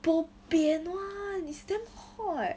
bo pian one is damn hot